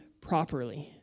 properly